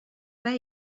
pas